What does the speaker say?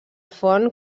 font